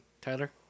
Tyler